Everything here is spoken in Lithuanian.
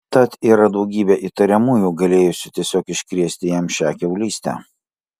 tad yra daugybė įtariamųjų galėjusių tiesiog iškrėsti jam šią kiaulystę